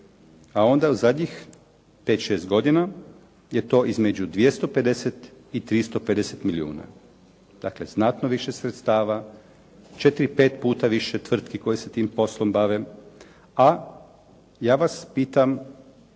a onda u zadnjih 5, 6 godina je to između 250 i 350 milijuna. Dakle, znatno više sredstava, 4, 5 puta više tvrtki koje se tim poslom bave, a ja vas pitam